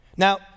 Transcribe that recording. Now